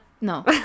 No